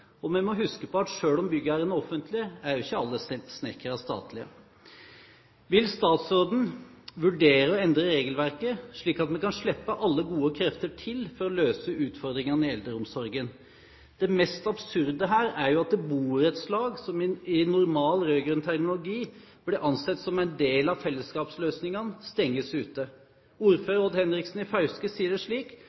Og vi må huske på at selv om byggherren er offentlig, er ikke alle snekkere statlige. Vil statsråden vurdere å endre regelverket, slik at vi kan slippe alle gode krefter til for å løse utfordringene i eldreomsorgen? Det mest absurde her er at borettslag som i normal rød-grønn terminologi ble ansett som en del av fellesskapsløsningene, stenges ute. Ordfører Odd Henriksen i Fauske sier det slik: